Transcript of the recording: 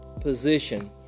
position